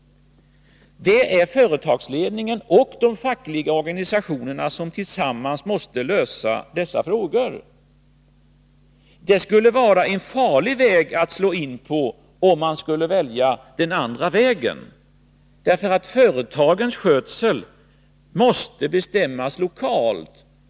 Det är företagsledningen och de fackliga organisationerna som tillsammans måste lösa de problemen. Det skulle vara farligt att slå in på den andra vägen — företagens skötsel måste bestämmas lokalt.